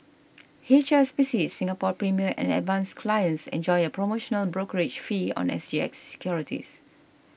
H S B C Singapore Premier and Advance clients enjoy a promotional brokerage fee on S G X securities